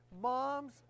Moms